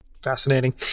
Fascinating